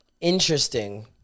interesting